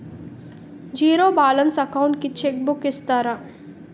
Zero balance account కి cheque book ఇస్తారా?